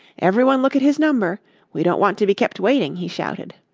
everyone look at his number we don't want to be kept waiting, he shouted.